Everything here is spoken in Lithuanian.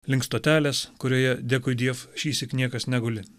link stotelės kurioje dėkui diev šįsyk niekas neguli